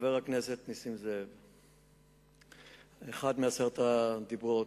חבר הכנסת נסים זאב, אחד מעשרת הדיברות,